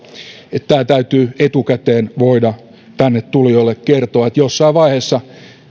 että tämä täytyy etukäteen voida tänne tulijoille kertoa että jossain vaiheessa